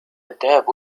الذهاب